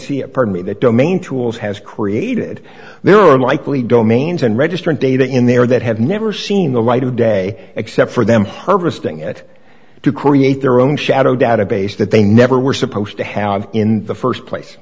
c apartment that domain tools has created there are likely domains and registering data in there that have never seen the light of day except for them harvesting it to create their own shadow database that they never were supposed to have in the st place